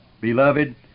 Beloved